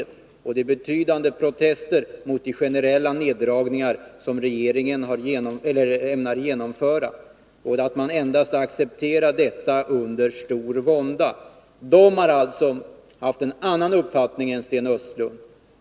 Det föreligger betydande protester mot de generella neddragningar som regeringen ämnar genomföra, och man accepterar dessa endast under stor vånda. De har alltså haft en annan uppfattning än Sten Östlund.